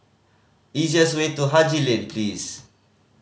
easiest way to Haji Lane please